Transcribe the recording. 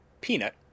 peanut